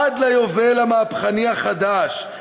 עד ליובל המהפכני החדש,